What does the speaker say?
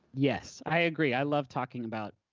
yes, i agree. i love talking about,